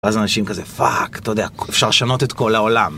ואז אנשים כזה, פאק, אתה יודע, אפשר לשנות את כל העולם.